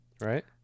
right